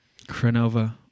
Cronova